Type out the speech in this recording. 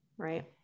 Right